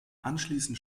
anschließend